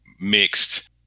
mixed